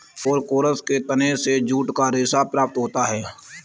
Corchorus के तने से जूट का रेशा प्राप्त होता है